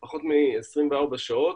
בפחות מ-24 שעות.